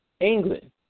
England